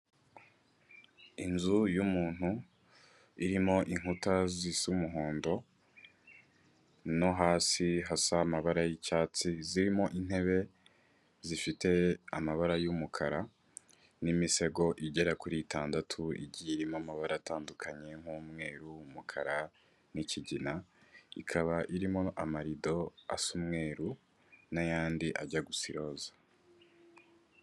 Inzu y'umuntu irimo inkuta z'umuhondo, no hasi hasa amabara y'icyatsi, zirimo intebe zifite amabara y'umukara n'imisego igera kuri itandatu igiye irimo amabara atandukanye, nk'umweru, umukara n'kigina, ikaba irimo amarido asa umweru n'ayandi ajya gusa iroza.